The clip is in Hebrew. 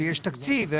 שיש תקציב.